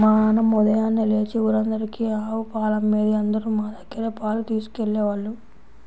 మా నాన్నమ్మ ఉదయాన్నే లేచి ఊరందరికీ ఆవు పాలమ్మేది, అందరూ మా దగ్గరే పాలు తీసుకెళ్ళేవాళ్ళు